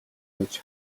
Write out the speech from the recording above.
байж